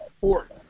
fourth